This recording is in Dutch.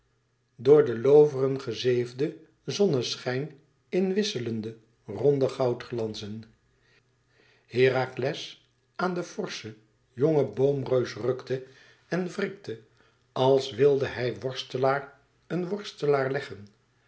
door de looveren gezeefde zonneschijn in wisselende ronde goudglanzen herakles aan den forschen jongen boomreus rukte en wrikte als wilde hij worstelaar een worstelaar leggen